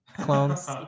clones